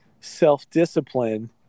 self-discipline